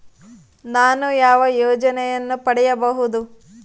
ನಾನು ಯಾವ ಯೋಜನೆಯನ್ನು ಪಡೆಯಬಹುದು?